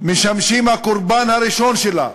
משמשים הקורבן הראשון שלה,